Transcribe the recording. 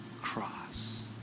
cross